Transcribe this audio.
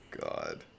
God